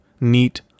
neat